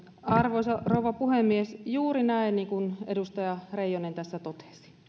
arvoisa rouva puhemies juuri niin kuin edustaja reijonen tässä totesi